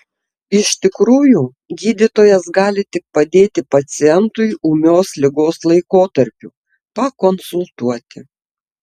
iš tikrųjų gydytojas gali tik padėti pacientui ūmios ligos laikotarpiu pakonsultuoti